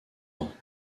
ans